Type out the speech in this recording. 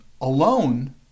alone